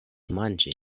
manĝi